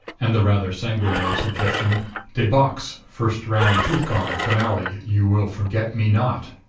and the rather sanguinary suggestion de box first round tooth gone. finale. you will forget me not.